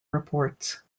reports